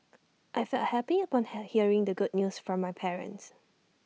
I felt happy upon her hearing the good news from my parents